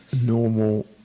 normal